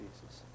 Jesus